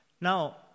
Now